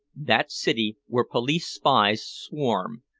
that city where police spies swarm,